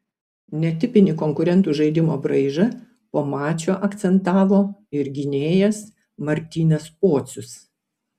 netipinį konkurentų žaidimo braižą po mačo akcentavo ir gynėjas martynas pocius